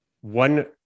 one